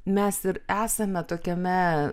mes ir esame tokiame